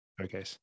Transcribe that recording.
okay